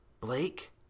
Blake